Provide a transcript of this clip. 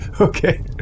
Okay